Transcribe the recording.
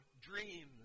dreams